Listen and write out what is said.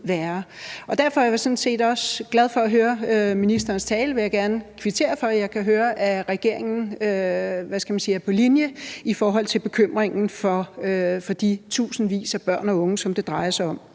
jeg sådan set også glad for at høre ministerens tale. Den vil jeg gerne kvittere for. Jeg kan høre, at regeringen, hvad skal man sige, er på linje med os i forhold til bekymringen for de tusindvis af børn og unge, som det drejer sig om.